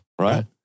Right